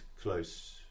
close